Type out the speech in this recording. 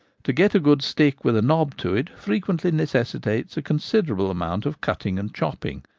to get a good stick with a knob to it frequently necessitates a considerable amount of cutting and chopping,